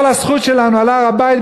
כל הזכות שלנו בהר-הבית,